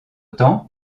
temps